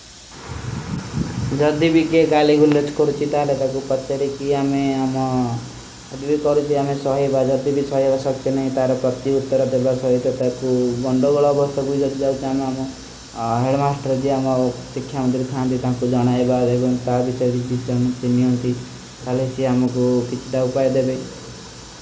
ଜଦ ଭୀ କେ ଗାଲେ ଗୁଳ୍ରେଚ କରୂଛୀ ତାଲେ, ତାକୋ ପଚ୍ଚରୀ କୀ ଆମେ ଆମା ଅଦ୍ଵୀ କରୂଛୀ, ଆମେ ସହେବା। ଜଦ ଭୀ ସହେବା ସକତେ ନହୀଂ, ତାରେ ପ୍ରତ୍ତୀ ଉତ୍ତର ଦେବା ସହେତେ ତାକୋ ବନଡୋ ଗଳା ଵସ୍ତକ। ଭୀ ଜଗ ଜାଓଚୀ ଆମା ଆମା ହେଡ ମାସ୍ଟର ଜୀ ଆମା ସିଖ୍ଷା ମଂଦ।